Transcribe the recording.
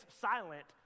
silent